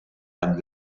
and